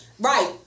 right